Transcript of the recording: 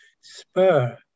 spur